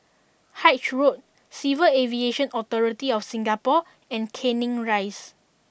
Haig Road Civil Aviation Authority of Singapore and Canning Rise